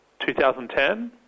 2010